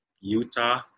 Utah